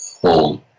hold